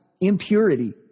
impurity